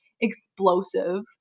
explosive